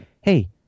hey